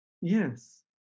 yes